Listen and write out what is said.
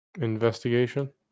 Investigation